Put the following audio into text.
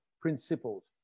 principles